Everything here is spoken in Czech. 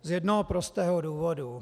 Z jednoho prostého důvodu.